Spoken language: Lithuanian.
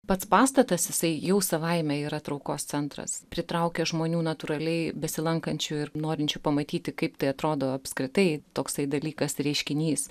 pats pastatas jisai jau savaime yra traukos centras pritraukia žmonių natūraliai besilankančių ir norinčių pamatyti kaip tai atrodo apskritai toksai dalykas reiškinys